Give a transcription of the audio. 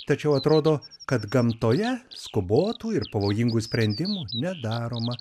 tačiau atrodo kad gamtoje skubotų ir pavojingų sprendimų nedaroma